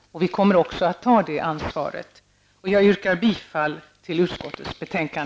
Vi kommer också att ta det ansvaret. Jag yrkar bifall till utskottets hemställan.